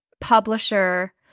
publisher